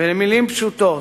במלים פשוטות: